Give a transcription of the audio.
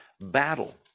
battle